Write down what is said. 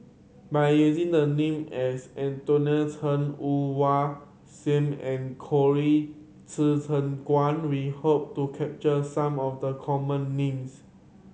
by using the name as Anthony Chen Woon Wah Siang and Colin Qi Zhe Quan we hope to capture some of the common names